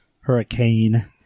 Hurricane